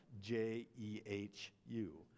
J-E-H-U